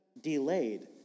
delayed